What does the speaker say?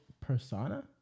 persona